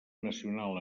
nacional